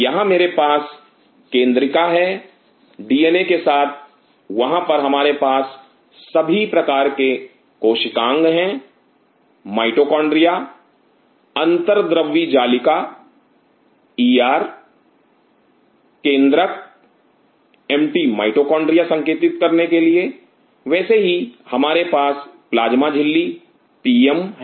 यहां मेरे पास एक केंद्रिका है डीएनए के साथ वहां पर हमारे पास सभी प्रकार के कोशिकांग हैं हैं माइटोकॉन्ड्रिया अंतर्द्रव्यी जालिका ई आर केंद्रक एमटी माइटोकॉन्ड्रिया संकेतिक करने के लिए वैसे ही हमारे पास प्लाज्मा झिल्ली पीएम है